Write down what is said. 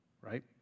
right